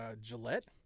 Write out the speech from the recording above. Gillette